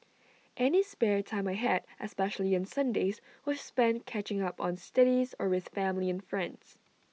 any spare time I had especially on Sundays was spent catching up on studies or with family and friends